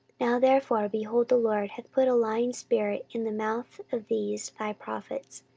now therefore, behold, the lord hath put a lying spirit in the mouth of these thy prophets,